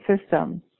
system